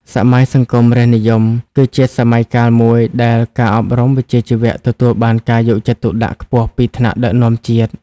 សម័យសង្គមរាស្ត្រនិយម គឺជាសម័យកាលមួយដែលការអប់រំវិជ្ជាជីវៈទទួលបានការយកចិត្តទុកដាក់ខ្ពស់ពីថ្នាក់ដឹកនាំជាតិ។